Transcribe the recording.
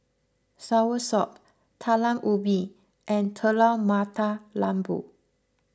Soursop Talam Ubi and Telur Mata Lembu